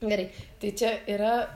gerai tai čia yra